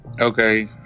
Okay